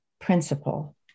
principle